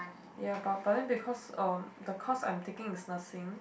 ya but but then because uh the course I'm taking is nursing